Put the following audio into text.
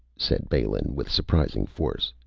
said balin, with surprising force.